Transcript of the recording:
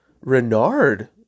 Renard